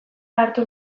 hartu